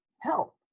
help